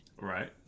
right